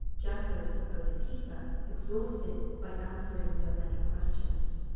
jacko's supposed keeper, exhausted by answering so many questions.